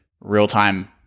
real-time